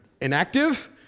inactive